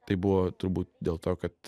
tai buvo turbūt dėl to kad